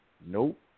nope